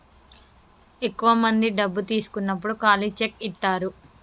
ఎక్కువ మంది డబ్బు తీసుకున్నప్పుడు ఖాళీ చెక్ ఇత్తారు